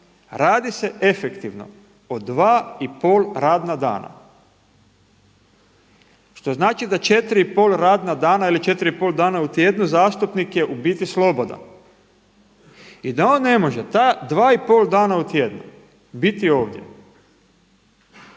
radi se efektivno od 2,5 radna dana, što znači da 4,5 radna dana ili 4,5 dana u tjednu zastupnik je u biti slobodan i da on ne može ta 2,5 dana u tjednu biti ovdje?